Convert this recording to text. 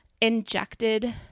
injected